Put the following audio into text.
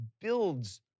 builds